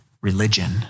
religion